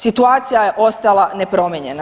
Situacija je ostala nepromijenjena.